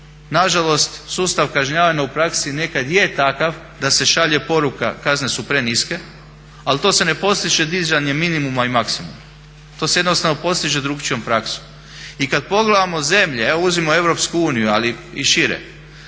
Nažalost, sustav kažnjavanja u praksi nekad je takav da se šalje poruka kazne su preniske, ali to se ne postiže dizanjem minimuma i maksimuma. To se jednostavno postiže drukčijom praksom. I kad pogledamo zemlje, evo uzmimo EU ali i šire,